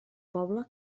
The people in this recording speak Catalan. poble